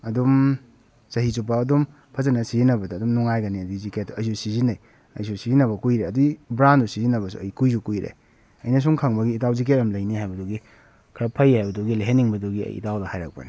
ꯑꯗꯨꯝ ꯆꯍꯤ ꯆꯨꯞꯄ ꯑꯗꯨꯝ ꯐꯖꯅ ꯁꯤꯖꯤꯟꯅꯕꯗ ꯑꯗꯨꯝ ꯅꯨꯉꯥꯏꯒꯅꯤ ꯑꯗꯨꯒꯤ ꯖꯤꯀꯦꯠꯇꯣ ꯑꯩꯁꯨ ꯁꯤꯖꯤꯟꯅꯩ ꯑꯩꯁꯨ ꯁꯤꯖꯤꯟꯅꯕ ꯀꯨꯏꯔꯦ ꯑꯗꯨꯒꯤ ꯕ꯭ꯔꯥꯟꯗꯣ ꯁꯤꯖꯤꯟꯅꯕꯁꯨ ꯑꯩ ꯀꯨꯏꯁꯨ ꯀꯨꯏꯔꯦ ꯑꯩꯅ ꯁꯨꯝ ꯈꯪꯕꯒꯤ ꯏꯇꯥꯎ ꯖꯤꯀꯦꯠ ꯑꯃ ꯂꯩꯅꯤ ꯍꯥꯏꯕꯗꯨꯒꯤ ꯈꯔ ꯐꯩ ꯍꯥꯏꯕꯗꯨꯒꯤ ꯂꯩꯍꯟꯅꯤꯡꯕꯗꯨꯒꯤ ꯑꯩ ꯏꯇꯥꯎꯗ ꯍꯥꯏꯔꯛꯄꯅꯤ